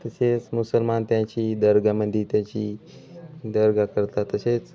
तसेच मुसलमान त्यांची दर्गामध्ये त्याची दर्गा करतात तसेच